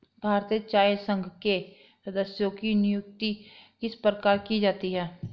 भारतीय चाय संघ के सदस्यों की नियुक्ति किस प्रकार की जाती है?